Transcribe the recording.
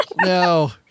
no